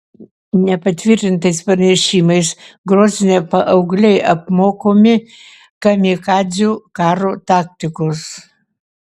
nepatvirtintais pranešimais grozne paaugliai apmokomi kamikadzių karo taktikos